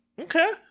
Okay